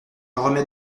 remets